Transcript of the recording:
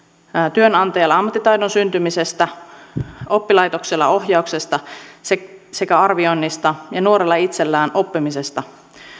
työnantajalla ammattitaidon syntymisestä oppilaitoksella ohjauksesta sekä arvioinnista ja nuorella itsellään oppimisesta